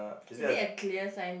is it a clear sign